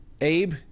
Abe